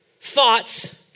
thoughts